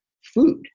food